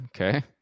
okay